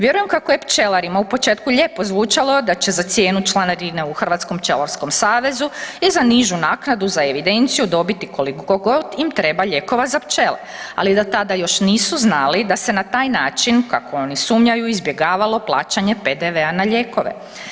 Vjerujem kako je pčelarima u početku lijepo zvučalo da će za cijenu članarine u Hrvatskom pčelarskom savezu i za nižu naknadu za evidenciju dobiti koliko god im treba lijekova za pčele ali da tada još nisu znali da se na taj način kako oni sumnjaju, izbjegavalo plaćanje PDV-a na lijekove.